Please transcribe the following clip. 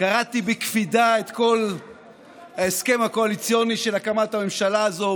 קראתי בקפידה את כל ההסכם הקואליציוני של הקמת הממשלה הזאת,